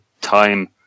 time